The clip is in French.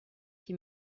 qui